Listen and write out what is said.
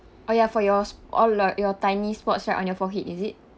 oh ya for yours all of your tiny spots right on your forehead is it